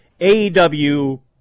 AEW